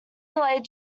delayed